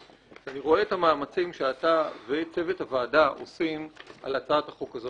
שאני רואה את המאמצים שאתה וצוות הוועדה עושים על הצעת החוק הזאת.